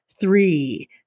three